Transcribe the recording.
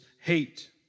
hate